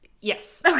Yes